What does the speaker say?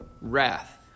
wrath